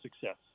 success